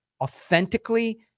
authentically